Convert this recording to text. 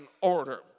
order